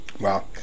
Wow